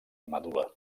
medul·la